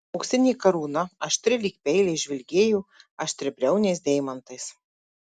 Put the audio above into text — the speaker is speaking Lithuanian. auksinė karūna aštri lyg peiliai žvilgėjo aštriabriauniais deimantais